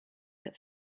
that